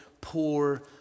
poor